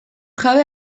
jabe